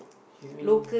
you mean